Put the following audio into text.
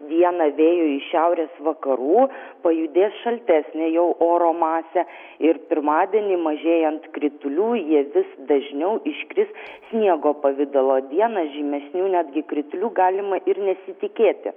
dieną vėjui iš šiaurės vakarų pajudės šaltesnė jau oro masė ir pirmadienį mažėjant kritulių jie vis dažniau iškris sniego pavidalo dieną žymesnių netgi kritulių galima ir nesitikėti